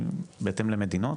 בהתאם למדינות?